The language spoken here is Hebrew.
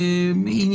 עכשיו.